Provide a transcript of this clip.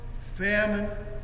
famine